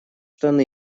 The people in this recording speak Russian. штаны